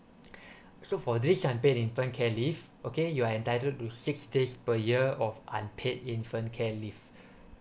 so for this unpaid infant care leave okay you are entitled to six days per year of unpaid infant care leave